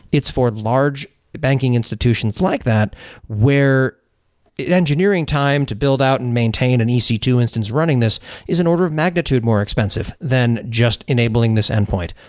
it's for large banking institutions like that where engineering time to build out and maintain an e c two instance running this is an order of magnitude more expensive than just enabling this endpoint.